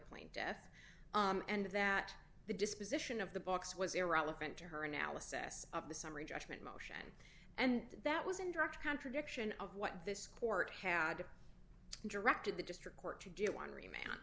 plane death and that the disposition of the books was irrelevant to her analysis of the summary judgment motion and that was in direct contradiction of what this court had directed the district court to do one remain